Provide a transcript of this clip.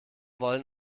wollen